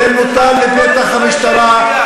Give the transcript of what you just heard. ופה נרצחה,